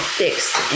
fixed